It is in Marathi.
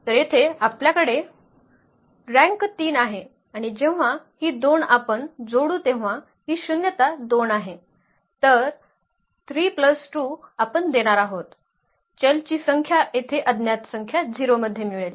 तर येथे आपल्याकडे रँक 3 आहे आणि जेव्हा ही दोन आपण जोडू तेव्हा ही शून्यता 2 आहे तर 3 2 आपण देणार आहोत चलची संख्या येथे अज्ञात संख्या 0 मध्ये मिळेल